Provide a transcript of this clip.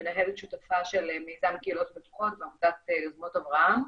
מנהלת שותפה של מיזם קהילות בטוחות בעמותת יוזמות אברהם.